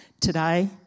Today